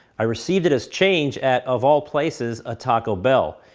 i received it as change at, of all places, a taco bell.